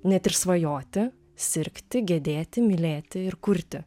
net ir svajoti sirgti gedėti mylėti ir kurti